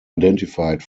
identified